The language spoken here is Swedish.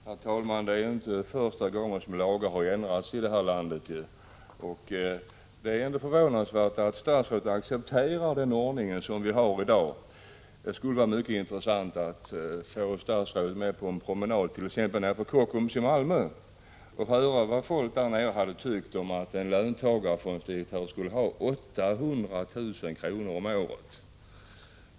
Herr talman! Om lagen ändrades, skulle det inte vara första gången det skedde här i landet. Det är förvånansvärt att statsrådet accepterar den ordning som vi har i dag. Det skulle vara mycket intressant att få statsrådet med på en promenad, t.ex. på Kockums i Malmö, och höra vad folk tycker om att en löntagarfonddirektör har en lön på 800 000 kr. om året.